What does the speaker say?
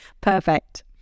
Perfect